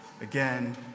again